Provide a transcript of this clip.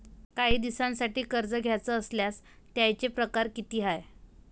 कायी दिसांसाठी कर्ज घ्याचं असल्यास त्यायचे परकार किती हाय?